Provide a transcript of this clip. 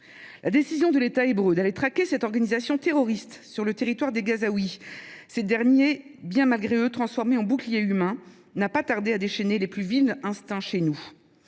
La décision de l’État hébreu de traquer cette organisation terroriste sur le territoire des Gazaouis, qui ont été, bien malgré eux, transformés en boucliers humains, n’a pas tardé à déchaîner les plus vils instincts chez nous.